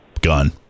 gun